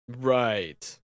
Right